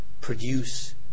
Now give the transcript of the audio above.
produce